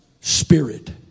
spirit